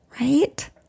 right